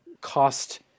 cost